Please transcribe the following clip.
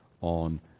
On